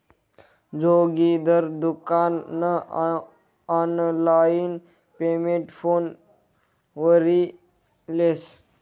जोगिंदर दुकान नं online payment PhonePe वरी लेस